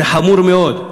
זה חמור מאוד,